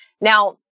Now